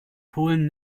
polen